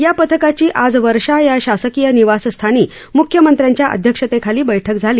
या पथकाची आज वर्षा या शासकीय निवासस्थानी म्ख्यमंत्र्यांच्या अध्यक्षतेखाली बैठक झाली